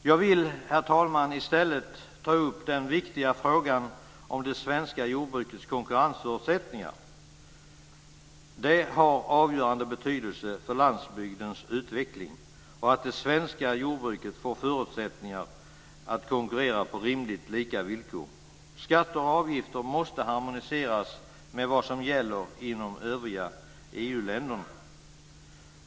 Jag vill, herr talman, i stället ta upp den viktiga frågan om det svenska jordbrukets konkurrensförutsättningar. Det har avgörande betydelse för landsbygdens utveckling att det svenska jordbruket får förutsättningar att konkurrera på rimligt lika villkor. Skatter och avgifter måste harmoniseras med vad som gäller inom övriga EU-länder.